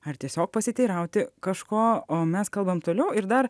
ar tiesiog pasiteirauti kažko o mes kalbam toliau ir dar